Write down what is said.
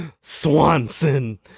Swanson